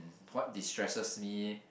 what distresses me